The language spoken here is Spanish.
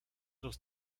los